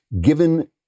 given